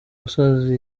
gusoza